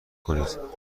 کنید